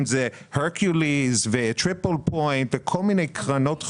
אם זה פרקיוליס וטריפל פוינט וכל מיני קרנות חוב.